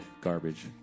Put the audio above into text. garbage